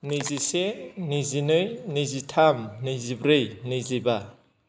नैजिसे नैजिनै नैजिथाम नैजिब्रै नैजिबा